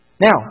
Now